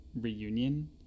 reunion